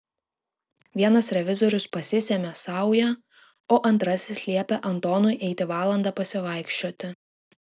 vienas revizorius pasisėmė saują o antrasis liepė antonui eiti valandą pasivaikščioti